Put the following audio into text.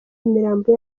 imirambo